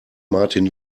martin